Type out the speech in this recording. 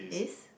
is